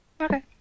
Okay